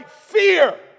fear